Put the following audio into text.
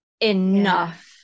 enough